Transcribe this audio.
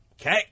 Okay